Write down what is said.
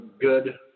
good